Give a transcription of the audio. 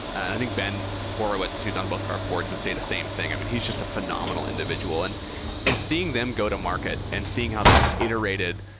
i think ben horwitz who's on both of our boards would say the same thing. i mean, he's just a phenomenal individual. and and seeing them go to market and seeing how they've iterated,